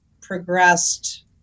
progressed